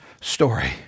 story